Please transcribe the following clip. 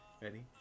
Ready